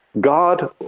God